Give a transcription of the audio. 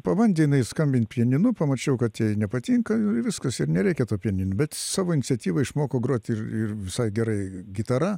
pabandė jinai skambint pianinu pamačiau kad jai nepatinka viskas ir nereikia to pianino bet savo iniciatyva išmoko grot ir ir visai gerai gitara